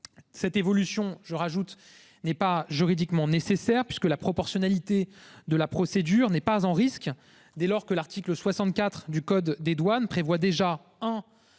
Cette évolution je rajoute n'est pas juridiquement nécessaire parce que la proportionnalité de la procédure n'est pas en risque dès lors que l'article 64 du code des douanes prévoit déjà